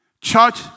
church